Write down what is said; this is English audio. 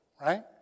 right